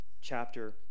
chapter